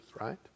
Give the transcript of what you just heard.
right